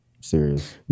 serious